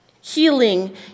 healing